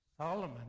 Solomon